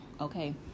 okay